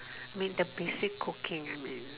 may the basic cocaine I mean